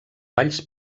valls